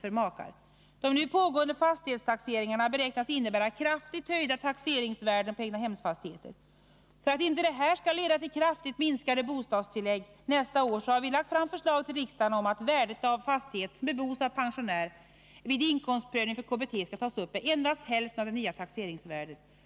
för makar. De nu pågående fastighetstaxeringarna beräknas innebära kraftigt höjda taxeringsvärden på egnahemsfastigheter. För att detta inte skall leda till kraftigt minskade bostadstillägg nästa år har vi lagt fram förslag till riksdagen om att värdet av fastighet som bebos av g skall tas upp med endast hälften av det nya taxeringsvärdet.